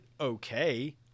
okay